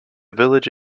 village